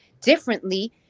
differently